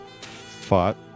Fought